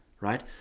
right